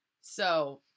So-